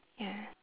ya